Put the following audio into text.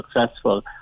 successful